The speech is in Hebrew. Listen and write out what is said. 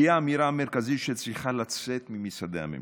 היא האמירה המרכזית שצריכה לצאת ממשרדי הממשלה.